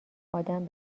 آدم